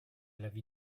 l’avis